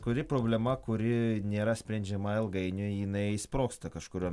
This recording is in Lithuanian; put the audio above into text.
kuri problema kuri nėra sprendžiama ilgainiui jinai sprogsta kažkuriuo